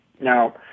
Now